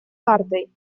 картой